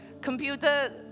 computer